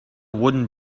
wooden